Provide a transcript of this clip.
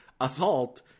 assault